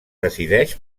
decideix